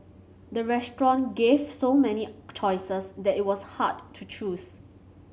the restaurant gave so many choices that it was hard to choose